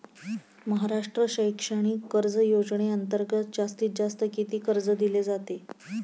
महाराष्ट्र शैक्षणिक कर्ज योजनेअंतर्गत जास्तीत जास्त किती कर्ज दिले जाते?